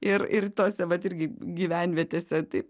ir ir tose vat irgi gyvenvietėse taip